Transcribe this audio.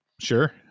Sure